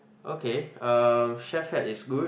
okay um Chef Hat is good